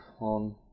on